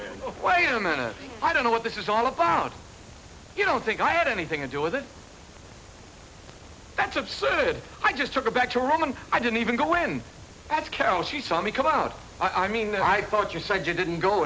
bit of wait a minute i don't know what this is all about you don't think i had anything to do with it that's absurd i just took her back to rome and i didn't even go in that carol she saw me come out i mean i thought you said you didn't go